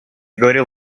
говорил